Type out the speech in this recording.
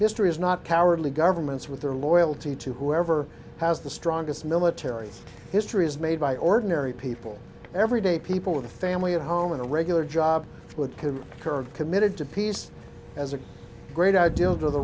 history is not cowardly governments with their loyalty to whoever has the strongest military history is made by ordinary people everyday people with a family at home and a regular job with current committed to peace as a great ideal to the